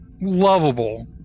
lovable